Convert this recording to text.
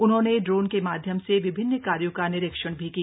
उन्होंने ड्रोन के माध्यम से विभिन्न कार्यो का निरीक्षण भी किया